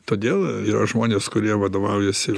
todėl yra žmonės kurie vadovaujasi